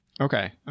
Okay